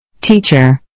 Teacher